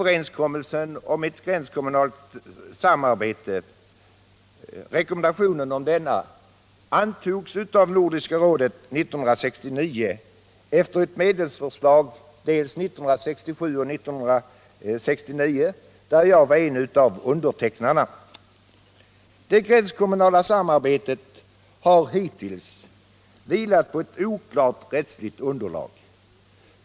Rekommendationen om en sådan överenskommelse antogs av rådet 1969 efter medlemsförslag 1967 och 1969, där jag var en av undertecknarna. Det gränskommunala samarbetet har hittills vilat på ett oklart rättsligt underlag.